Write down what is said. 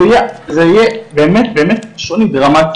זה יהיה באמת שוני ברמה,